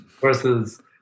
versus